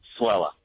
Swella